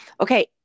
okay